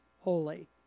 holy